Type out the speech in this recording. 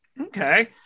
okay